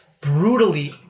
brutally